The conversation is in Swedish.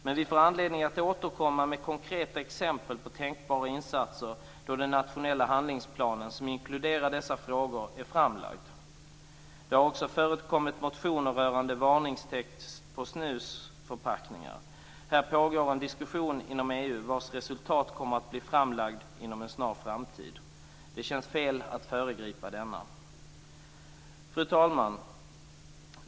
Men vi får anledning att återkomma med konkreta exempel på tänkbara insatser då den nationella handlingsplanen, som inkluderar dessa frågor, är framlagd. Det har också förekommit motioner rörande varningstext på snusförpackningar. Här pågår en diskussion inom EU, vars resultat kommer att bli framlagt inom en snar framtid. Det känns fel att föregripa detta. Fru talman!